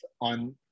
on